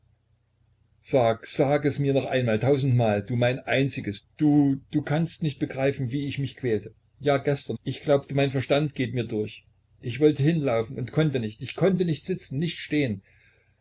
sag sag es mir noch einmal tausendmal du mein einziges du du kannst nicht begreifen wie ich mich quälte ja gestern ich glaubte mein verstand geht mir durch ich wollte hinlaufen und konnte nicht ich konnte nicht sitzen nicht stehen